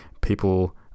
People